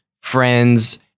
friends